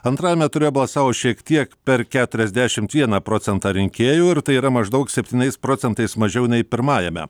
antrajame ture balsavo šiek tiek per keturiasdešimt vieną procentą rinkėjų ir tai yra maždaug septyniais procentais mažiau nei pirmajame